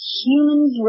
humans